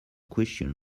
question